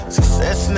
Success